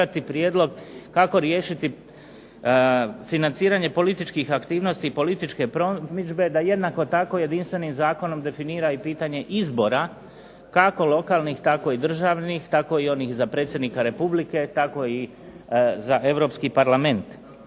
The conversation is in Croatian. prijedlog kako riješiti financiranje političkih aktivnosti i političke promidžbe da jednako tako jedinstvenim zakonom definira i pitanje izbora kako lokalnih, tako i državnih, tako i onih za predsjednika Republike, tako i za Europski parlament.